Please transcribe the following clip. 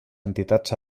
entitats